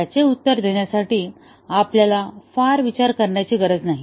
याचे उत्तर देण्यासाठी आपल्याला फार विचार करण्याची गरज नाही